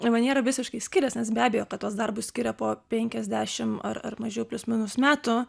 ir maniera visiškai skiriasi nes be abejo kad tuos darbus skiria po penkiasdešimt ar mažiau plius minus metų